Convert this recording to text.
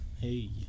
Hey